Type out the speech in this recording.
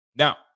Now